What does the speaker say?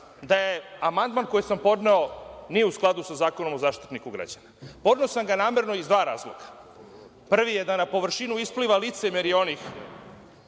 da amandman koji sam podneo nije u skladu sa Zakonom o Zaštitniku građana, ali podneo sam ga namerno iz dva razloga. Prvi je da na površinu ispliva licemerje onih